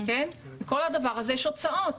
לכל הדבר הזה יש הוצאות.